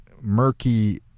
murky